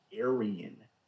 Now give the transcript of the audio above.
Aryan